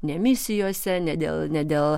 ne misijose ne dėl ne dėl